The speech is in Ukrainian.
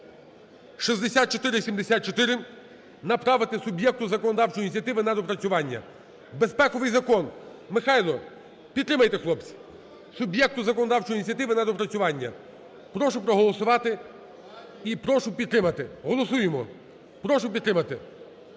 6474 направити суб'єкту законодавчої ініціативи на доопрацювання. Безпековий закон. Михайло! Підтримайте, хлопці! Суб'єкту законодавчої ініціативи на доопрацювання. Прошу проголосувати і прошу підтримати. Голосуємо. Прошу підтримати.